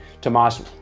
Tomas